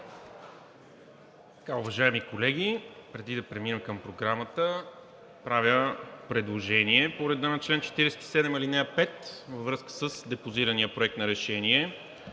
Уважаеми колеги, преди да преминем към Програмата, правя предложение по реда на чл. 47, ал. 5 във връзка с депозирания Проект на решение